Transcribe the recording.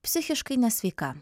psichiškai nesveika